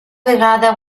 vegada